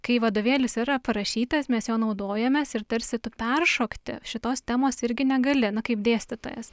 kai vadovėlis yra parašytas mes jo naudojamės ir tarsi tu peršokti šitos temos irgi negali na kaip dėstytojas